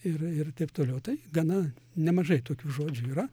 ir ir taip toliau tai gana nemažai tokių žodžių yra